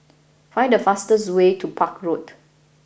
find the fastest way to Park Road